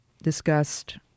discussed